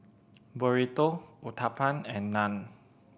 Burrito Uthapam and Naan